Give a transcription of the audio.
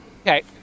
Okay